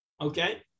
okay